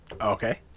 Okay